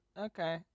Okay